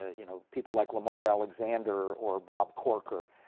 you know, people like lamar alexander or bob corker,